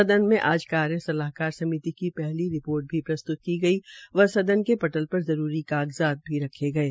सदन में आज कार्य सलाहकार सिमति की पहली रिपोर्ट भी प्रसत्त की गई व सदन के पटल पर जरूरी कागजात भी रखे गये